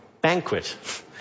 banquet